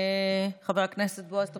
חבר הכנסת בועז טופורובסקי,